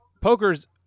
poker's